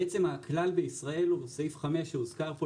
הכלל בישראל, סעיף 5 לחוק שהוזכר פה,